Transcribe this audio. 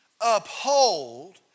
uphold